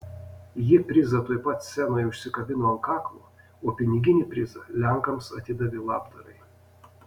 ji prizą tuoj pat scenoje užsikabino ant kaklo o piniginį prizą lenkams atidavė labdarai